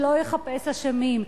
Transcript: שלא יחפש אשמים.